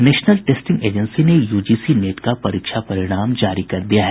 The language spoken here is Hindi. नेशनल टेस्टिंग एजेंसी ने यूजीसी नेट का परीक्षा परिणाम जारी कर दिया है